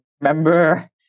remember